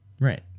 right